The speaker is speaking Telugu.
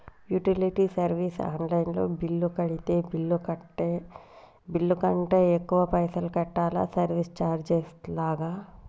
యుటిలిటీ సర్వీస్ ఆన్ లైన్ లో బిల్లు కడితే బిల్లు కంటే ఎక్కువ పైసల్ కట్టాలా సర్వీస్ చార్జెస్ లాగా?